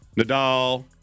Nadal